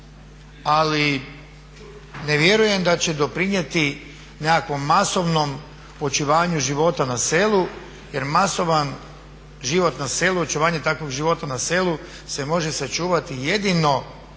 ali ne vjerujem da će doprinijeti nekakvom masovnom očuvanju života na selu jer masovan život na selu i očuvanje takvog života na selu se može sačuvati jedino